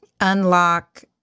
unlock